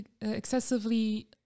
excessively